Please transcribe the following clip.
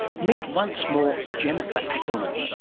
meet once more jennifer ackerman,